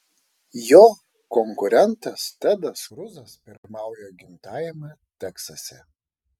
jo konkurentas tedas kruzas pirmauja gimtajame teksase